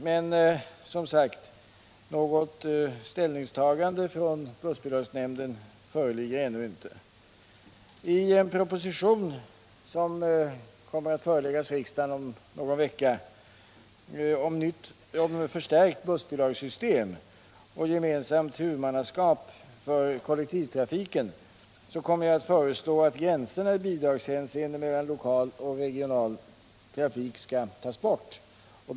Men något ställningstagande från bussbidragsnämnden föreligger ju som sagt ännu inte. I en proposition, som kommer att föreläggas riksdagen om någon vecka, om ett förstärkt bussbidragssystem och gemensamt huvudmannaskap för kollektivtrafiken kommer jag att föreslå att gränserna i bidragshänseende mellan lokal och regional trafik skall tas bort.